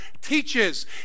teaches